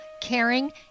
caring